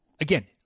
again